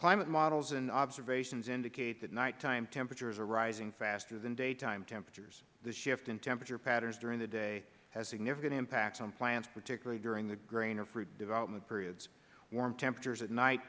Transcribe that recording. climate models and observations indicate that nighttime temperatures are rising faster than daytime temperatures this shift in temperature patterns during the day has significant impacts on plants particularly during the grain or fruit development periods warm temperatures at night